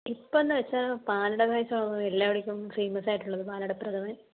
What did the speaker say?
ഇപ്പോഴെന്നുവെച്ചാൽ പാലട പായസമാണ് എല്ലാവിടേയ്ക്കും ഫേമസ് ആയിട്ടുള്ളത് പാലട പ്രഥമൻ